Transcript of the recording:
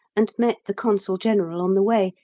and met the consul-general on the way,